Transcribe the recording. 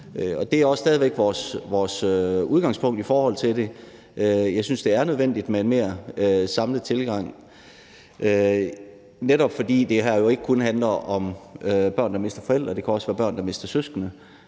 Det er også stadig væk vores udgangspunkt i forhold til det. Jeg synes, det er nødvendigt med en mere samlet tilgang, netop fordi det her ikke kun handler om børn, der mister forældre, det kan også være børn, der mister søskende.